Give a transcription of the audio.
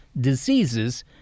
diseases